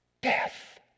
death